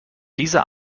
diese